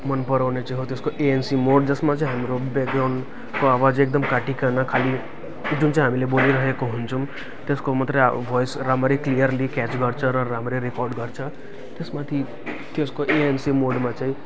मनपराउने चाहिँ हो जसको एएनसी मोड जसमा चाहिँ हाम्रो ब्याकग्राउन्डको आवाज एकदम काटिकन खालि जुन चाहिँ हामीले बोलिरहेको हुन्छौँ त्यसको मात्रै अब भोइस राम्ररी क्लियरली क्याच गर्छ र राम्रै रिकर्ड गर्छ त्यसमाथि त्यसको एएनसी मोडमा चाहिँ